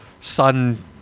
sun